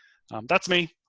that's me.